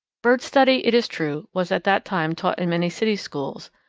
bird study, it is true, was at that time taught in many city schools,